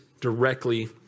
directly